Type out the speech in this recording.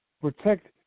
protect